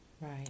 right